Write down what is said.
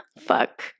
Fuck